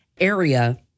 area